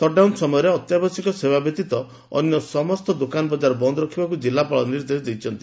shutdown ସମୟରେ ଅତ୍ୟାବଶ୍ୟକ ସେବା ବ୍ୟତୀତ ଅନ୍ୟ ସମସ୍ତ ଦୋକାନ ବଜାର ବନ୍ଦ ରଖିବାକୁ ଜିଲ୍ଲାପାଳ ନିର୍ଦ୍ଦେଶ ଦେଇଛନ୍ତି